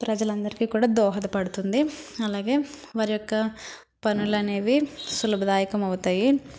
ప్రజలందరికి కూడా దోహదపడుతుంది అలాగే వారి యొక్క పనులనేవి సులభదాయకమవుతాయి